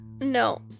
No